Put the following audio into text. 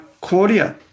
Claudia